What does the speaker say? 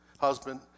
husband